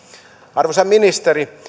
arvoisa ministeri